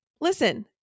Listen